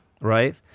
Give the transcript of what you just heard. Right